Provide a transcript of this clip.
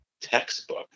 textbook